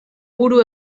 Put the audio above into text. buru